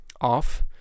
off